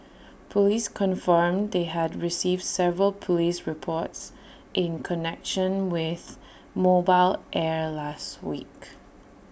Police confirmed they had received several Police reports in connection with mobile air last week